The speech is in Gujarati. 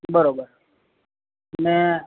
બરોબર અને